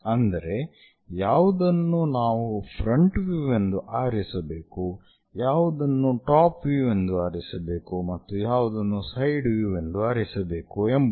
ಅಂದರೆ ಯಾವುದನ್ನು ನಾವು ಫ್ರಂಟ್ ವ್ಯೂ ಎಂದು ಆರಿಸಬೇಕು ಯಾವುದನ್ನು ಟಾಪ್ ವ್ಯೂ ಎಂದು ಆರಿಸಬೇಕು ಮತ್ತು ಯಾವುದನ್ನು ಸೈಡ್ ವ್ಯೂ ಎಂದು ಆರಿಸಬೇಕು ಎಂಬುವುದು